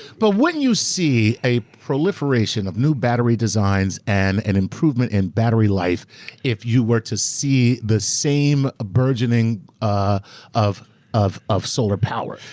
but wouldn't you see a proliferation of new battery designs and an improvement in battery life if you were to see the same burgeoning ah of of solar power?